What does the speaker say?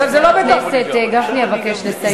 חבר הכנסת גפני, אבקש לסיים.